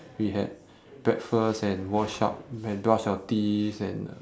we had breakfast and wash up and brush our teeth and uh